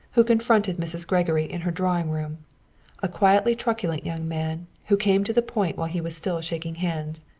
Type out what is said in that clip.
who confronted mrs. gregory in her drawing-room a quietly truculent young man, who came to the point while he was still shaking hands.